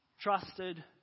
trusted